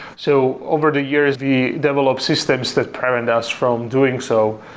so over the years, the developed systems that prevent us from doing so.